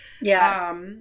Yes